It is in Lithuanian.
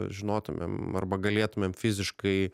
žinotumėm arba galėtumėm fiziškai